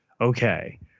okay